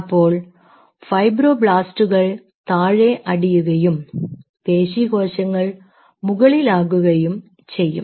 അപ്പോൾ ഫൈബ്രോബ്ലാസ്റ്റുകൾ താഴെ അടിയുകയും പേശികോശങ്ങൾ മുകളിൽ ആകുകയും ചെയ്യും